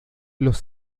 los